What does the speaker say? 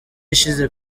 ishize